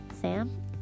sam